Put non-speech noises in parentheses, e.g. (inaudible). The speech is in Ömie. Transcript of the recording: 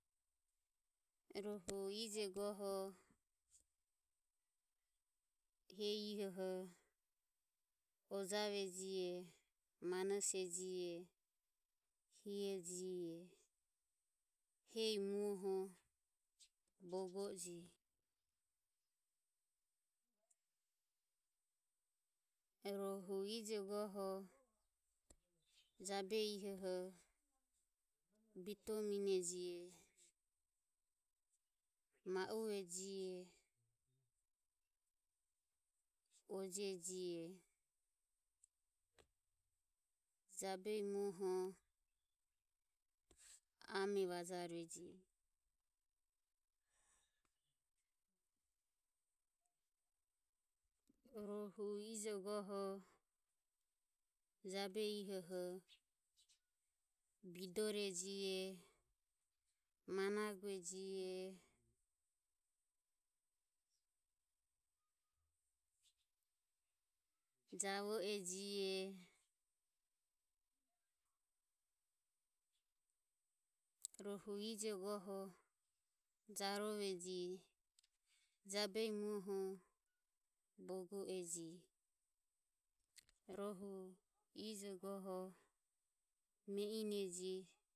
Rohu ije goho (unintelligible) Gojave jihe Manose jihe Hie jihe jabehi muoho bogo e jihe. Rohu ije goho jabehi ehoho Bitomine jihe Muve jihe Ojejihe jabehi muoho ame vajarue jihe. rohu ije goho jabehi ihoho Bidore jihe Manague jihe Javo e jihe rohu ije goho Jarove jabehi muoho bogo eji. Rohu ijo goho Meineji